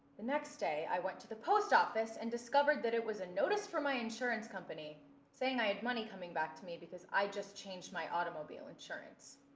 the next day, i went to the post office and discovered that it was a notice from my insurance company saying i had money coming back to me because i just changed my automobile insurance.